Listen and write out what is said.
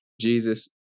jesus